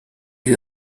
you